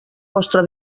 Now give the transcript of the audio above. vostra